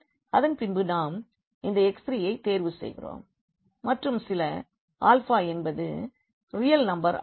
அதன் பின்பு நாம் இந்த x3 ஐ தேர்வு செய்கிறோம் மற்றும் சில என்பது ரியல் நம்பர் ஆகும்